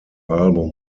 album